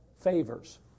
favors